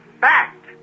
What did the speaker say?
fact